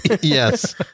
Yes